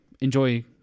enjoy